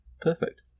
perfect